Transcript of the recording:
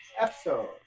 episode